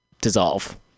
dissolve